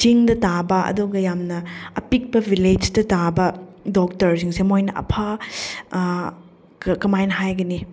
ꯆꯤꯡꯗ ꯇꯥꯕ ꯑꯗꯨꯒ ꯌꯥꯝꯅ ꯑꯄꯤꯛꯄ ꯚꯤꯂꯦꯖꯇ ꯇꯥꯕ ꯗꯣꯛꯇꯔꯁꯤꯡꯁꯦ ꯃꯣꯏꯅ ꯑꯐ ꯀꯃꯥꯏꯅ ꯍꯥꯏꯒꯅꯤ